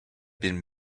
been